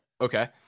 Okay